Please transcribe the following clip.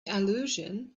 allusion